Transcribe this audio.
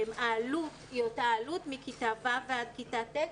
העלות היא אותה עלות מכיתה ו' ועד כיתה ט',